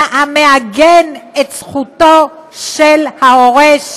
המעגן את זכותו של הורה,